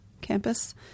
campus